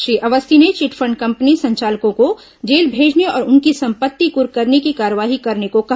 श्री अवस्थी ने chit fund company संचालकों को जेल भेजने और उनकी संपत्ति कुर्क करने की कार्रवाई करने को कहा